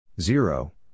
Zero